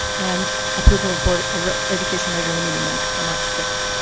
and approval of board of education regular meeting minutes from march fifth.